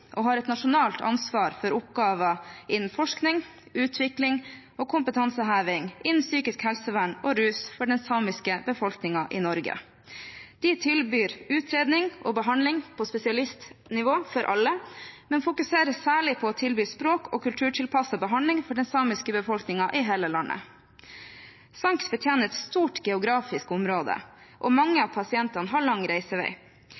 og har et nasjonalt ansvar for oppgaver innen forskning, utvikling og kompetanseheving innen psykisk helsevern og rus for den samiske befolkningen i Norge. De tilbyr utredning og behandling på spesialistnivå for alle, men fokuserer særlig på å tilby språk- og kulturtilpasset behandling for den samiske befolkningen i hele landet. SANKS betjener et stort geografisk område, og mange av pasientene har lang reisevei.